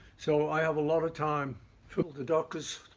so, i have a lot of time for the doctors,